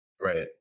Right